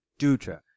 Dutra